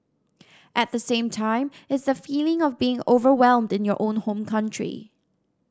at the same time it's the feeling of being overwhelmed in your own home country